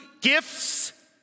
gifts